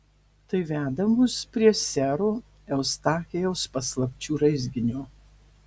tai veda mus prie sero eustachijaus paslapčių raizginio